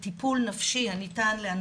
"כאילו"